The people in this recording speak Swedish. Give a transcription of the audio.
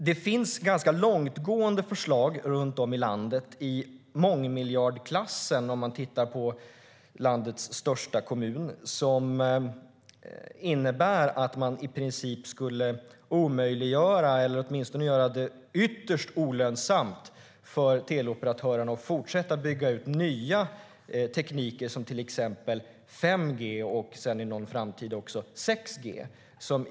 Det finns ganska långtgående förslag i mångmiljardklassen runt om i landet som innebär att man i princip skulle omöjliggöra eller åtminstone göra det ytterst olönsamt för teleoperatörerna att fortsätta bygga ut nya tekniker som till exempel 5G och i framtiden också 6G i landets största kommun.